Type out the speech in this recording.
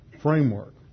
framework